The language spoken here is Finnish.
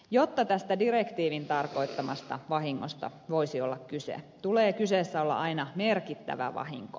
jotta tästä direktiivin tarkoittamasta vahingosta voisi olla kyse tulee kyseessä olla aina merkittävä vahinko